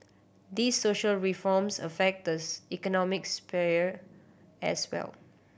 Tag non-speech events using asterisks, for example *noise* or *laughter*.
these social reforms affect *unintelligible* economics sphere as well